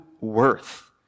worth